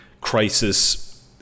crisis